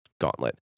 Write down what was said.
Gauntlet